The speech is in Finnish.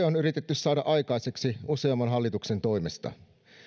on yritetty saada aikaiseksi useamman hallituksen toimesta